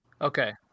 Okay